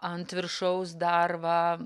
ant viršaus dar va